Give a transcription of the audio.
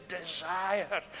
desire